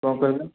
କଣ କହିଲେ